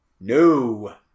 No